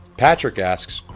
patrik asks,